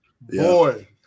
boy